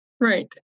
Right